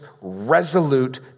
resolute